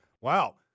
Wow